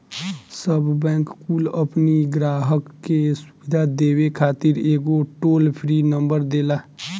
सब बैंक कुल अपनी ग्राहक के सुविधा देवे खातिर एगो टोल फ्री नंबर देला